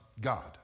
God